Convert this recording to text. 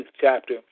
chapter